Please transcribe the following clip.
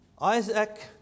Isaac